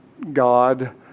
god